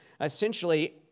essentially